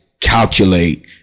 calculate